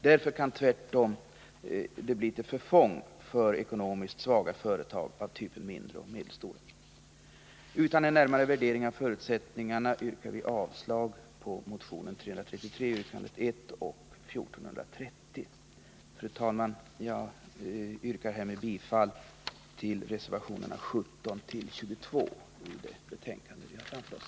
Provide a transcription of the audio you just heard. Därför kan sådana bolag tvärtom bli till förfång för ekonomiskt svaga företag av typen mindre och medelstora. Fru talman! Jag yrkar härmed bifall till reservationerna 17-22 i det betänkande vi har framför oss.